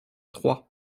trois